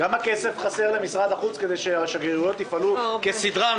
כמה כסף חסר למשרד החוץ כדי שהשגרירויות יפעלו כסדרן?